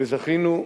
וזכינו,